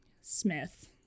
smith